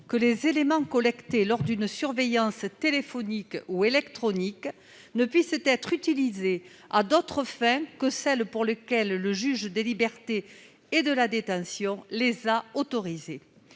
que les éléments collectés lors d'une surveillance téléphonique ou électronique ne puissent être utilisés à d'autres fins que celles pour lesquelles le juge des libertés et de la détention a autorisé